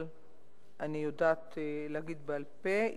אבל אני יודעת להגיד בעל-פה,